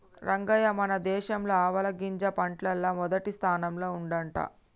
రంగయ్య మన దేశం ఆవాలగింజ పంటల్ల మొదటి స్థానంల ఉండంట